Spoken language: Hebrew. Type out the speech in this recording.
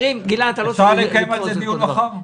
אפשר לקיים על זה דיון מחר?